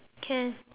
can